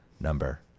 Number